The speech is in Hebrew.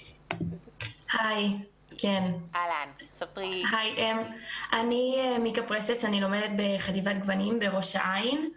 היי, אני לומדת בחטיבת גוונים בראש העין.